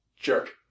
Jerk